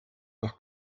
noch